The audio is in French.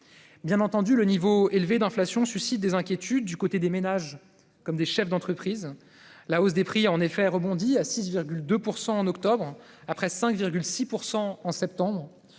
Bien entendu, le niveau élevé d'inflation suscite des inquiétudes du côté des ménages comme des chefs d'entreprise. La hausse des prix a en effet rebondi à 6,2 % en octobre après 5,6 % en septembre.